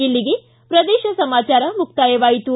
ಇಲ್ಲಿಗೆ ಪ್ರದೇಶ ಸಮಾಚಾರ ಮುಕ್ತಾಯವಾಯಿತು